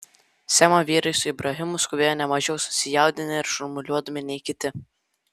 semo vyrai su ibrahimu skubėjo ne mažiau susijaudinę ir šurmuliuodami nei kiti